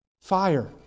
fire